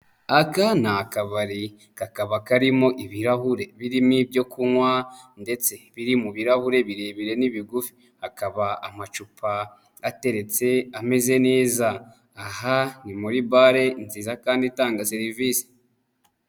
Aka ni akabari, kakaba karimo ibirahure birimo ibyo kunywa ndetse biri mu birahure birebire n'ibigufi, hakaba amacupa ateretse ameze neza. Aha ni muri bale nziza kandi itanga serivisi.